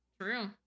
True